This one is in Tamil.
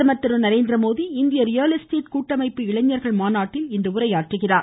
பிரதமர் திரு நரேந்திர மோடி இந்திய ரியல் எஸ்டேட் கூட்டமைப்பு இளைஞர்கள் மாநாட்டில் இன்று உரையாற்றுகிறார்